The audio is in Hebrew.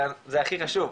זה הכי חשוב,